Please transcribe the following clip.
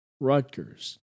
Rutgers